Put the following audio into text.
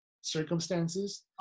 circumstances